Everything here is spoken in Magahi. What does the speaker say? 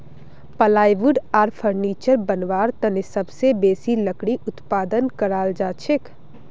प्लाईवुड आर फर्नीचर बनव्वार तने सबसे बेसी लकड़ी उत्पादन कराल जाछेक